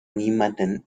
niemanden